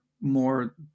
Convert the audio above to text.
more